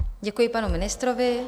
Děkuji panu ministrovi.